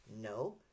no